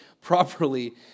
properly